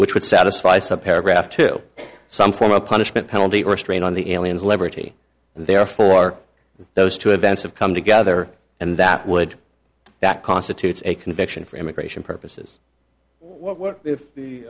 which would satisfy some paragraph to some form of punishment penalty or strain on the aliens liberty and therefore those two events have come together and that would that constitutes a conviction for immigration purposes what if the